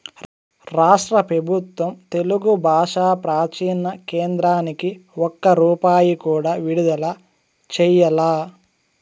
రాష్ట్ర పెబుత్వం తెలుగు బాషా ప్రాచీన కేంద్రానికి ఒక్క రూపాయి కూడా విడుదల చెయ్యలా